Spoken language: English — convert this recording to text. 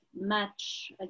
match